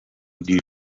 دیر